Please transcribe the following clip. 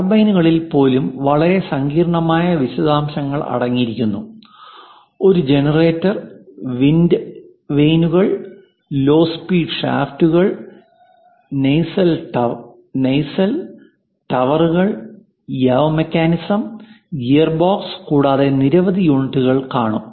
ടർബൈനിനുള്ളിൽ പോലും വളരെ സങ്കീർണ്ണമായ വിശദാംശങ്ങൾ അടങ്ങിയിരിക്കുന്നു ഒരു ജനറേറ്റർ വിൻഡ് വെയ്നുകൾ ലോ സ്പീഡ് ഷാഫ്റ്റുകൾ നാസെൽ ടവറുകൾ yaw mechanism yaw mechanism gearbox കൂടാതെ നിരവധി യൂണിറ്റുകൾ കാണും